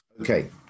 okay